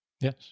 yes